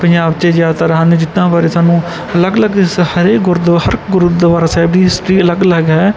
ਪੰਜਾਬ 'ਚ ਜ਼ਿਆਦਾਤਰ ਹਨ ਜਿਤਨਾ ਬਾਰੇ ਸਾਨੂੰ ਅਲੱਗ ਅਲੱਗ ਸ ਹਰੇਕ ਗੁਰਦੁਆ ਹਰ ਗੁਰਦੁਆਰਾ ਸਾਹਿਬ ਦੀ ਹਿਸਟਰੀ ਅਲੱਗ ਅਲੱਗ ਹੈ